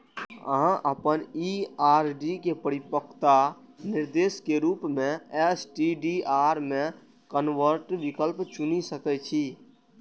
अहां अपन ई आर.डी के परिपक्वता निर्देश के रूप मे एस.टी.डी.आर मे कन्वर्ट विकल्प चुनि सकै छी